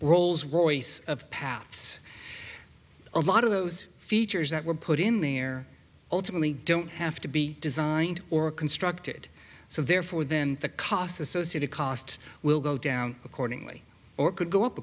rolls royce of paths a lot of those features that were put in there ultimately don't have to be designed or constructed so therefore then the costs associated costs will go down accordingly or could go up